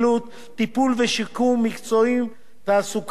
טיפול ושיקום מקצועיים ותעסוקתיים.